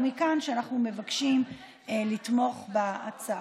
ומכאן שאנחנו מבקשים לתמוך בהצעה.